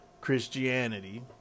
Christianity